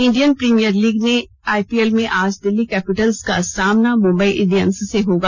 Indian premier league में IPL में आज दिल्ली कैपिटल्स का सामना मुम्बई इंडियन्स से होगा